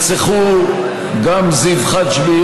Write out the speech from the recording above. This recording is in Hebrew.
ונרצחו גם זיו חג'בי,